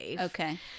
Okay